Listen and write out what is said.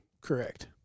Correct